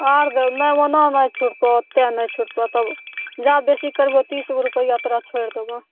आर देब नहि ओना नहि छुटतौ ओतए नहि छुटतौ तब जा बेसी करबौ तीसगो रुपैआ तोरा छोड़ि देबौ